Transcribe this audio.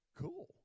cool